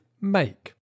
make